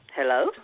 hello